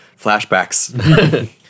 flashbacks